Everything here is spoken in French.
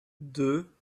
deux